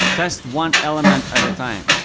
test one element at a time.